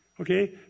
Okay